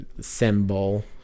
symbol